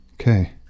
Okay